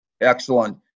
Excellent